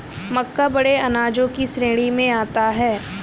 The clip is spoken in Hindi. मक्का बड़े अनाजों की श्रेणी में आता है